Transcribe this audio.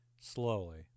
slowly